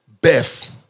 Beth